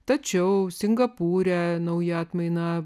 tačiau singapūre nauja atmaina